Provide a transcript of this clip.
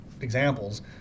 examples